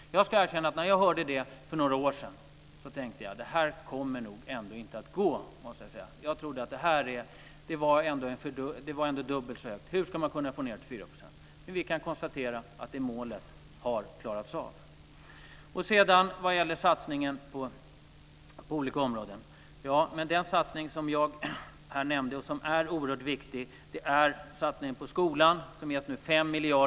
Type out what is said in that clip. Jag måste erkänna att när jag hörde om målet 4 % för några år sedan tänkte jag att det inte kommer att gå. Arbetslösheten var ändå dubbelt så hög. Hur skulle man kunna få ned den till 4 %? Men det målet har klarats av. När det gäller satsningarna på olika områden är satsningen med 5 miljarder på skolan väldigt viktig.